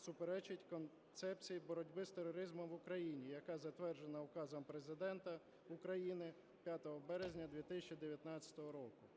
суперечить концепції боротьби з тероризмом в Україні, яка затверджена Указом Президента України 5 березня 2019 року.